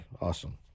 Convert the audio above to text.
awesome